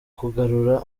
kugarura